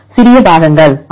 சிறிய பாகங்கள் ஆம்